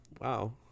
Wow